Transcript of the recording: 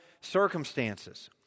circumstances